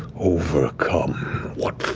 overcome what